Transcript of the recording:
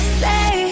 say